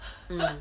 mm